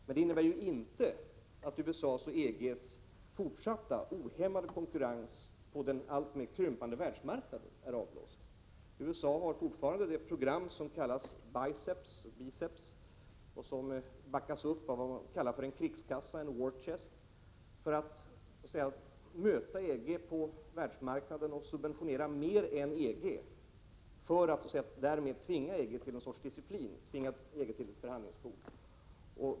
Men det innebär inte att USA:s och EG:s ohämmade konkurrens på den alltmer krympande världsmarknaden är avblåst. USA har fortfarande det program som kallas Biceps och som backas upp av vad man kallar en krigskassa, war chest, för att så att säga möta EG på världsmarknaden och subventionera mer än EG för att därmed tvinga EG till någon sorts disciplin, tvinga EG till förhandlingsbordet.